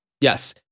Yes